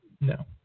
no